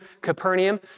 Capernaum